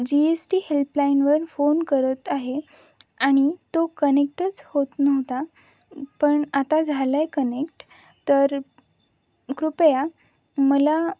जी S T हेल्पलाईनवर phone करत आहे आणि तो कनेक्टच होत नव्हता पण आता झाला आहे कनेक्ट तर कृपया मला